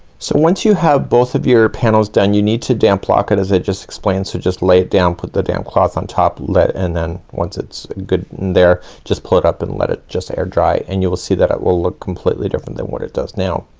so once you have both of your panels done, you need to damp block it as i just explained. so just lay it down, put the damp cloth on top, let, and then once it's good in there, just pull it up, and let it just air dry, and you will see that it will look completely different than what it does now.